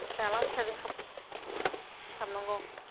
दालां फिसाजों हाब हाबनांगौ